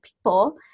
people